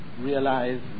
realize